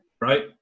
Right